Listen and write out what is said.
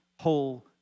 whole